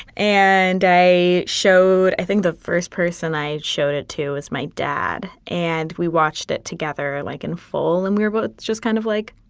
and they showed i think the first person i showed it to is my dad. and we watched it together, like in full and we were both just kind of like,